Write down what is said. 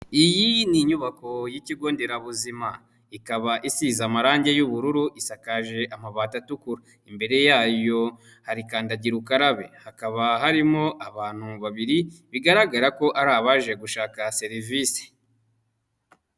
Iyi ni inyubako y'ikigo nderabuzima, ikaba isize amarange y'ubururu, isakaje amabati atukura, imbere yayo hari kandagira ukarabe hakaba harimo abantu babiri bigaragara ko ari abaje gushaka serivisi.